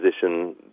position